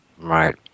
Right